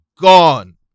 gone